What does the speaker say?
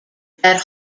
that